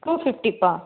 two ஃபிஃப்டிப்பா